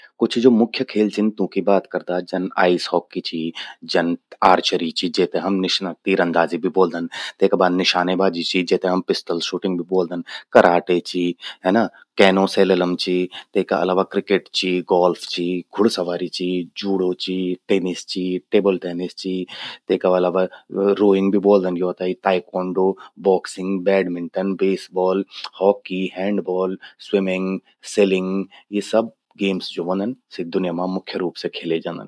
कुछ ज्वो मुख्य खेल छिन, तूंकि बात करदा, जन आइस हॉकी चि, जन आर्चरी चि जेते हम तीरंदाजी भि ब्वोलदन। तेका बाद निशानेबाजी चि जेते हम पिस्टल शूटिंग भी ब्वोलदन। कराटे चि कैनोसेलेलम चि। तेका अलावा क्रिकेट चि, गोल्फ चि, घुड़सवारी चि, जूडो चि, टेनिस चि, टेबल टेनिस चि, तेका अलावा रोइंग भी ब्वोलदन यो ते, taekwondo, boxing, badminton, baseball, hockey, handball, swimming, sailing. यी सब गेम्स ज्वो व्हंदन, सि दुन्या मां मुख्य रूप से खेल्ये जंदन।